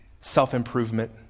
self-improvement